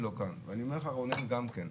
אני אומר לך רונן גם כן,